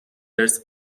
ارث